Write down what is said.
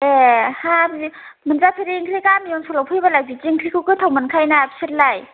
ए हा बे मोनजाफेरै ओंख्रि गामि ओनसोलाव फैब्लाय बिदि ओंख्रिखौ गोथाव मोनखायोना बिसोरलाय